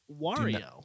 Wario